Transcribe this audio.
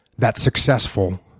that's successful,